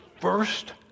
first